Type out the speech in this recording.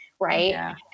Right